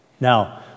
Now